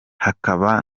hakaba